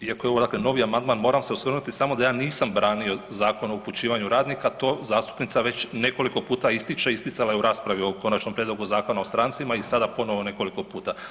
Iako je ovo dakle novi amandman moram se osvrnuti samo da ja nisam branio Zakon o upućivanju radnika to zastupnica već nekoliko puta ističe, isticala je u raspravi o Konačnom prijedlogu Zakona o strancima i sada ponovo nekoliko puta.